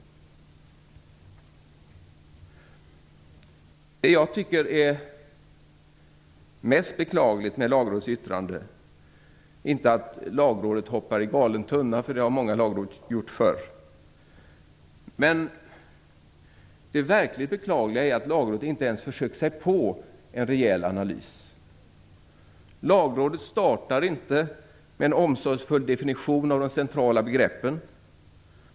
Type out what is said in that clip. Det som jag tycker är mest beklagligt med Lagrådets yttrande är inte att det hoppar i galen tunna. Det har många lagråd gjort förr. Men det verkligt beklagliga är att Lagrådet inte ens försöker sig på en rejäl analys. Lagrådet startar inte med en omsorgsfull definition av de centrala begreppen.